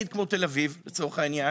כמו תל אביב, לצורך העניין